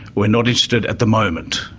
we're not interested at the moment.